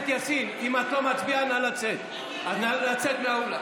עליזה בראשי, אי-אפשר לעשות את זה ככה.